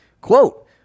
quote